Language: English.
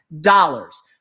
dollars